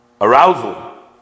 arousal